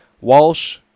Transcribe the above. Walsh